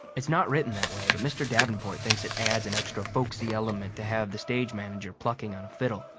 it's not written that way, but mr. davenport thinks it adds an extra-folksy element to have the stage manager plucking on a fiddle.